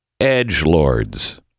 edgelords